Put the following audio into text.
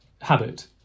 habit